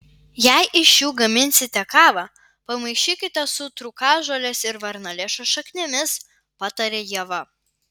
jei iš jų gaminsite kavą pamaišykite su trūkažolės ir varnalėšos šaknimis pataria ieva